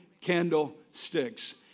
candlesticks